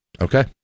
Okay